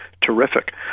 terrific